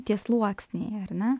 tie sluoksniai ar ne